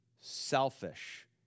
selfish